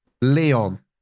Leon